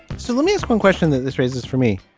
so let me ask one question that this raises for me.